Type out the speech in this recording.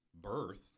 birth